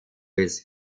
his